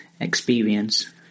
experience